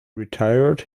retired